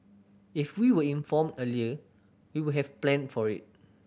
if we were informed earlier we would have planned for it